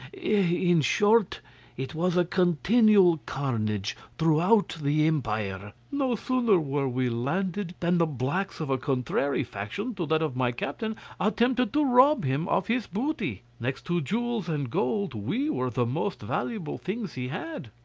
in short it was a continual carnage throughout the empire. no sooner were we landed, than the blacks of a contrary faction to that of my captain attempted to rob him of his booty. next to jewels and gold we were the most valuable things he had.